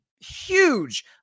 huge